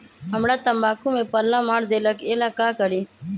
हमरा तंबाकू में पल्ला मार देलक ये ला का करी?